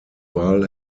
wahl